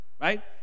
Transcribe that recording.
right